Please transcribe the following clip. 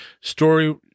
Story